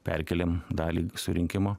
perkėlėm dalį surinkimo